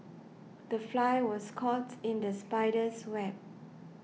the fly was caught in the spider's web